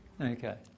Okay